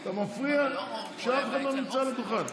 אתה מפריע כשאף אחד לא נמצא על הדוכן.